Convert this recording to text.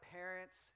parents